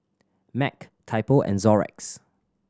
Mac Typo and Xorex